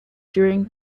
during